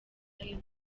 israel